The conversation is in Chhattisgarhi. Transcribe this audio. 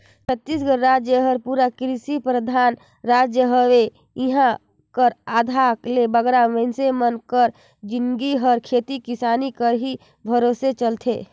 छत्तीसगढ़ राएज हर पूरा किरसी परधान राएज हवे इहां कर आधा ले बगरा मइनसे मन कर जिनगी हर खेती किसानी कर ही भरोसे चलथे